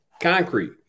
concrete